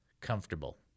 comfortable